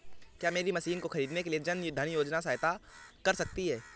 क्या मेरी मशीन को ख़रीदने के लिए जन धन योजना सहायता कर सकती है?